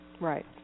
right